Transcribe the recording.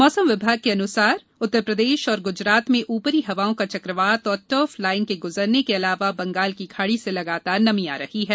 मौसम विभाग के अनुसार उत्तर प्रदेश और गुजरात में ऊपरी हवाओं का चक्रवात और टर्फ लाइन के गुजरने के अलावा बंगाल की खाड़ी से लगातार नमी आ रही है